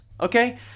okay